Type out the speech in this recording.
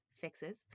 fixes